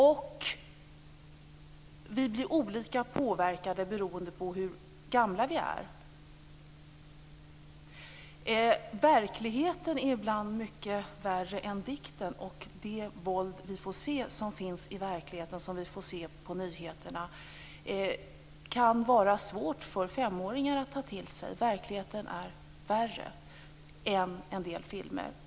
Och vi blir olika påverkade beroende på hur gamla vi är. Verkligheten är ibland mycket värre än dikten, och det våld som vi får se som finns i verkligheten och som vi får se på nyheterna kan vara svårt för femåringar att ta till sig. Verkligheten är värre än en del filmer.